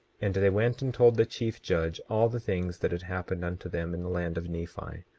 and they went and told the chief judge all the things that had happened unto them in the land of nephi,